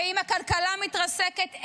ואם הכלכלה מתרסקת,